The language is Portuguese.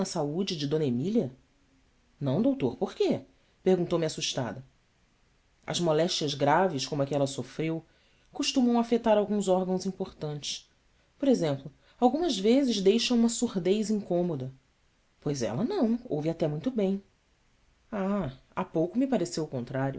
saúde de mília ão doutor por quê perguntou-me assustada s moléstias graves como a que ela sofreu costumam afetar alguns órgãos importantes por exemplo algumas vezes deixam uma surdez incômoda ois ela não ouve até muito bem h há pouco me pareceu o contrário